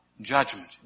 judgment